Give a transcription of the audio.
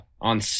on